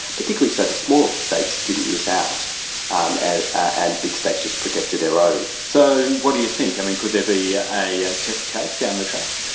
particularly so the smaller states didn't miss out um and and big states just protected their own. so what do you think? um and could there be a ah test case down the track?